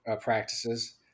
practices